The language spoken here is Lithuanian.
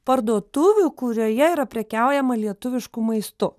parduotuvių kurioje yra prekiaujama lietuvišku maistu